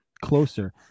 closer